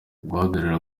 guhagarara